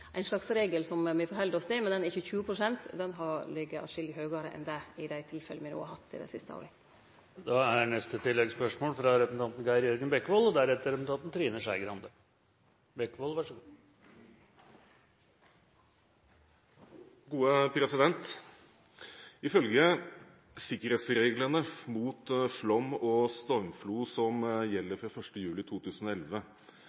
ein slags regel som me held oss til, men den er ikkje 20 pst., den ligg atskilleg høgare enn det i dei tilfella me no har hatt i dei siste åra. Geir Jørgen Bekkevold – til oppfølgingsspørsmål. Ifølge sikkerhetsreglene mot flom og stormflo som